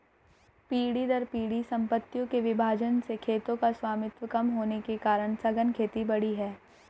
पीढ़ी दर पीढ़ी सम्पत्तियों के विभाजन से खेतों का स्वामित्व कम होने के कारण सघन खेती बढ़ी है